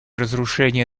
разрушения